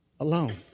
Alone